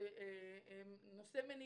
מניעה.